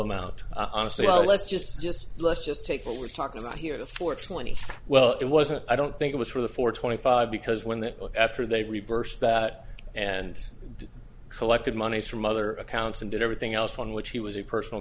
amount honestly well let's just just let's just take what we're talking about here to for twenty well it wasn't i don't think it was for the four twenty five because when that after they reversed that and collected monies from other accounts and did everything else on which he was a personal